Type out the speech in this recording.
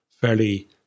fairly